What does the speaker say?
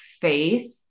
faith